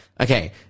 Okay